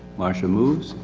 marsha moves.